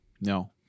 no